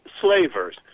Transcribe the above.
slavers